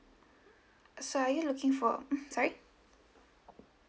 so are you looking for hmm sorry